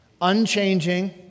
unchanging